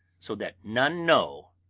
so that none know,